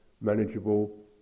manageable